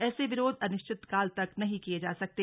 ऐसे विरोध अनिश्चितकाल तक नहीं किये जा सकते